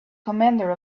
commander